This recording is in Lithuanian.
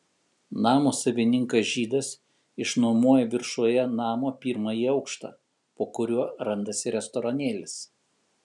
namo savininkas žydas išnuomoja viršuje namo pirmąjį aukštą po kuriuo randasi restoranėlis